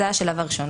זה השלב הראשון.